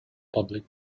public